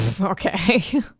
okay